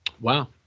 Wow